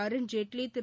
Arun Jaitley Thiru